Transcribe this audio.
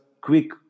quick